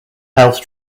health